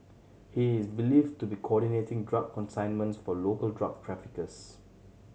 he is believed to be coordinating drug consignments for local drug traffickers